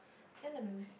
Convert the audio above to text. then the